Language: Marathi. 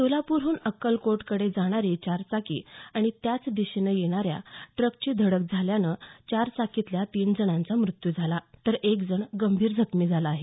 सोलापूरहून अक्कलकोटकडे जाणारी चारचाकी आणि त्याच दिशेनं येणाऱ्या ट्रकची धडक झाल्यानं चारचाकीतल्या तीन जणांचा मृत्यू झाला तर एक जण गंभीर जखमी झाला आहे